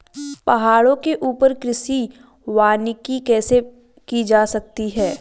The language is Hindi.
पहाड़ों के ऊपर कृषि वानिकी कैसे की जा सकती है